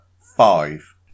five